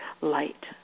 light